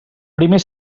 primer